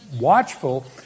Watchful